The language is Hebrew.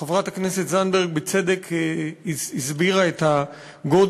חברת הכנסת זנדברג הסבירה בצדק את הגודל